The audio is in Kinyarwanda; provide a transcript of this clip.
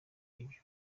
ibyo